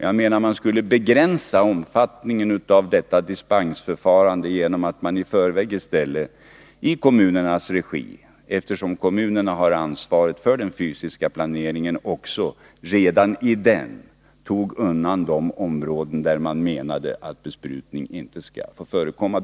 Jag anser att man skulle begränsa omfattningen av detta dispensförfarande genom att kommunerna, eftersom de har ansvaret för den fysiska planeringen, redan i denna planering tog undan de områden där de menar att besprutning inte skall få förekomma.